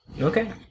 Okay